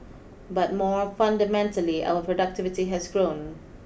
but more fundamentally our productivity has grown